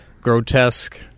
grotesque